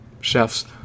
Chefs